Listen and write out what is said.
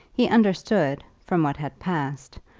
he understood, from what had passed,